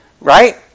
Right